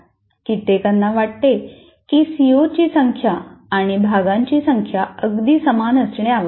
कित्येकांना वाटते की C O ची संख्या आणि भागांची संख्या अगदी समान असणे आवश्यक आहे